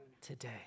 today